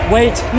Wait